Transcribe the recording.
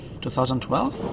2012